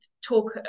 talk